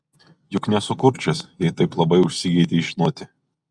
juk nesu kurčias jei taip labai užsigeidei žinoti